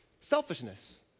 Selfishness